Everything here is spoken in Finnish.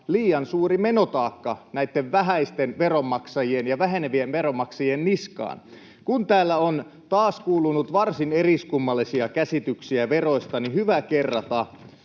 liian suuri menotaakka näitten vähäisten ja vähenevien veronmaksajien niskaan. Kun täällä on taas kuulunut varsin eriskummallisia käsityksiä veroista, niin hyvä kerrata: